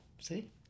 See